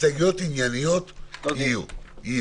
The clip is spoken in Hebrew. הסתייגויות ענייניות יהיו.